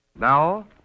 Now